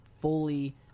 fully